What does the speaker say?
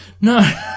no